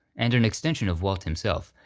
and an extension of walt himself,